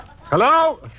Hello